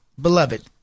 beloved